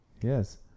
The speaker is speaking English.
Yes